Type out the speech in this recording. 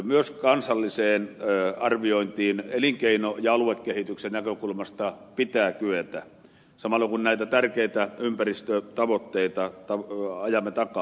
myös kansalliseen arviointiin elinkeino ja aluekehityksen näkökulmasta pitää kyetä samalla kun näitä tärkeitä ympäristötavoitteita ajamme takaa